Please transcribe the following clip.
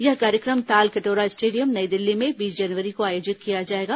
यह कार्यक्रम तालकटोरा स्टेडियम नई दिल्ली में बीस जनवरी को आयोजित किया जाएगा